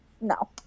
No